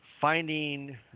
finding